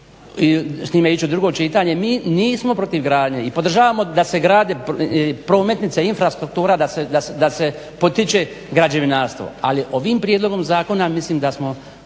s njime ići u drugo čitanje. Nismo protiv gradnje i podržavamo da se grade prometnice, infrastruktura da se potiče građevinarstvo. Ali ovim prijedlogom zakona mislim da smo